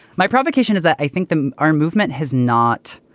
my provocation is that i think the ar movement has not